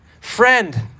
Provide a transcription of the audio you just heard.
Friend